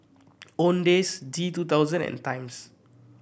Owndays G two thousand and Times